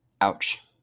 Ouch